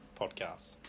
podcast